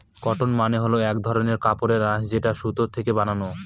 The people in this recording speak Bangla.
কটন মানে হল এক ধরনের কাপড়ের আঁশ যেটা সুতো থেকে বানানো